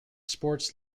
sports